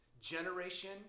generation